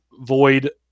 void